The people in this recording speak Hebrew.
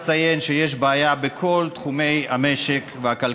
אני רוצה להציג את חוק פיזור הכנסת מטעם סיעת ישראל